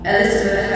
Elizabeth